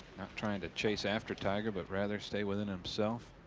trying to chase after tiger, but rather stay within himself.